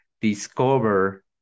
discover